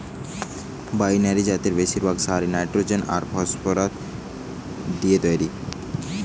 binary জাতের বেশিরভাগ সারই নাইট্রোজেন আর ফসফরাস দিয়ে তইরি